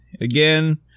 Again